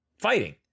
fighting